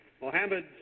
Mohammed